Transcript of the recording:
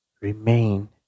remain